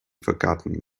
forgotten